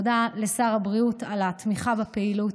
תודה לשר הבריאות על התמיכה בפעילות,